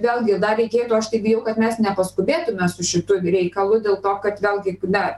vėlgi dar reikėtų aš tai bijau kad mes nepaskubėtume su šitu reikalu dėl to kad vėlgi na